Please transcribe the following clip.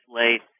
late